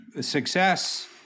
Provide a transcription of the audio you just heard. success